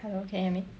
hello can you hear me